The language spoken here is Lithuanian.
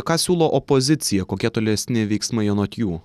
ką siūlo opozicija kokie tolesni veiksmai anot jų